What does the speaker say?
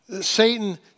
Satan